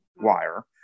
wire